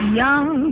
young